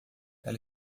ela